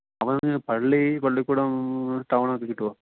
അതായത് പള്ളി പള്ളിക്കൂടം ടൗണൊക്കെ കിട്ടുമോ